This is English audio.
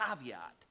caveat